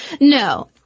No